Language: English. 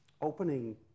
opening